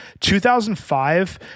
2005